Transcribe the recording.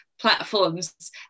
platforms